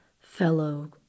fellow